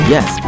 Yes